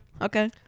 okay